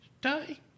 die